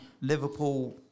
Liverpool